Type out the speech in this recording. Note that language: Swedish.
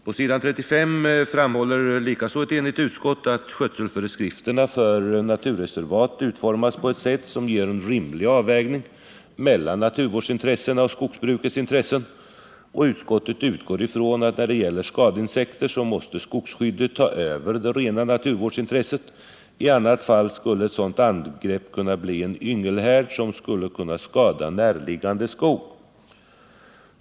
På s. 35 framhåller ett likaså enigt utskott att skötselföreskrifterna för naturreservat skall utformas på det sätt som ger rimlig avvägning mellan naturvårdsintressena och skogsbrukets intressen. Och utskottet utgår ifrån att när det gäller skadeinsekter måste skogsskyddet ta över det rena naturvårdsintresset — i annat fall skulle ett sådant angrepp kunna bli en yngelhärd som skulle kunna skada närliggande skog.